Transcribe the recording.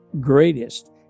greatest